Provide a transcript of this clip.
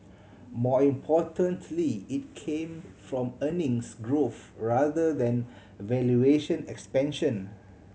more importantly it came from earnings growth rather than valuation expansion